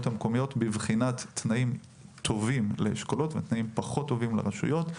המקומיות בבחינת תנאים טובים לאשכולות ותנאים פחות טובים לרשויות.